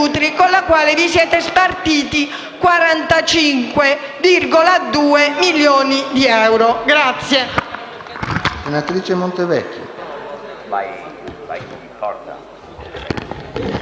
con la quale vi siete spartiti 45,2 milioni di euro.